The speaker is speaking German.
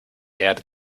erde